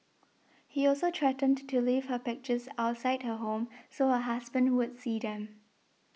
he also threatened to leave her pictures outside her home so her husband would see them